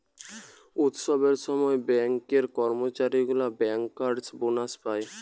উৎসবের সময় ব্যাঙ্কের কর্মচারী গুলা বেঙ্কার্স বোনাস পায়